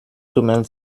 tummeln